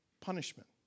punishment